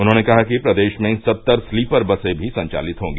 उन्होंने कहा कि प्रदेश में सत्तर स्लीपर बसे भी संचालित होगी